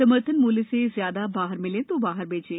समर्थन मूल्य से ज्यादा बाहर मिले तो बेचो